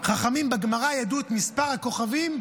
חכמים בגמרא ידעו את מספר הכוכבים,